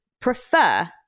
prefer